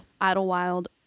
Idlewild